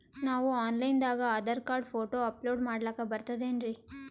ನಾವು online ದಾಗ Aadhaar card, photo upload ಮಾಡ್ಲಕ ಬರ್ತದೇನ್ರಿ?